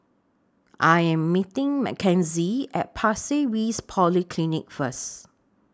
I Am meeting Mckenzie At Pasir Ris Polyclinic First